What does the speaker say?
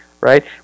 right